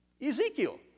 Ezekiel